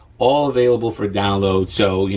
all available for download. so, you